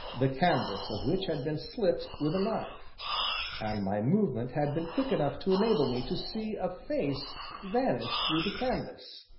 the canvas of which had been slit with a knife and my movement had been quick enough to enable me to see a face vanish through the canvas.